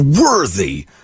worthy